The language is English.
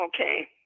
okay